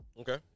Okay